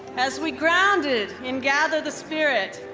as we grounded in gather the spirit,